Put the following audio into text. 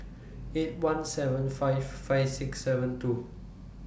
eight one seven five five six seven two